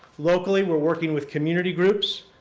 locally, we're working with community groups,